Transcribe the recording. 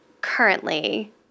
currently